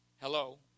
Hello